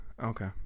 Okay